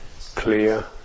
clear